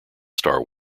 star